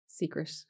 Secret